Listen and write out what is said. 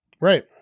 Right